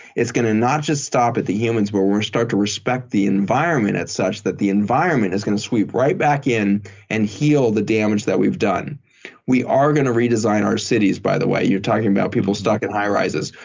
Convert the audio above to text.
it's going to not just stop at the humans but will start to respect the environment at such that the environment is going to sweep right back in and heal the damage that we've done we are going to redesign our cities, by the way. you're talking about people stuck in high-rises.